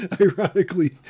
Ironically